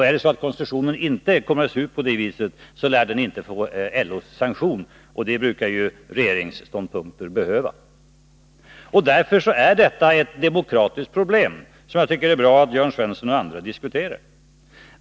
Är de inte så konstruerade, lär de inte få LO:s sanktion. Det brukar ju regeringens ståndpunkter behöva. Därför är detta ett demokratiskt problem, så jag tycker det är bra att Jörn Svensson och andra diskuterar det.